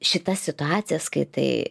šitas situacijas skaitai